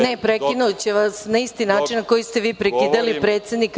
Ne, prekinuću vas na isti način na koji ste vi prekidali predsednika.